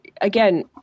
again